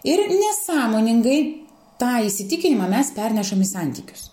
ir nesąmoningai tą įsitikinimą mes pernešam į santykius